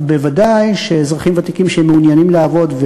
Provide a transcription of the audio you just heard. אבל בוודאי אזרחים ותיקים שמעוניינים לעבוד,